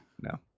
No